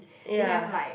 ya